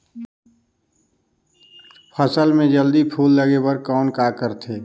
फसल मे जल्दी फूल लगे बर कौन करथे?